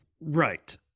Right